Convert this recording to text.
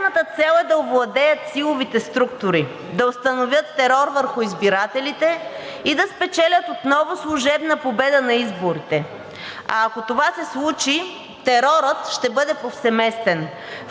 ако това се случи, терорът ще бъде повсеместен,